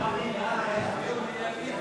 הכספים נתקבלה.